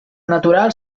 natural